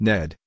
Ned